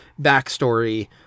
backstory